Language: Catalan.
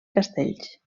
castells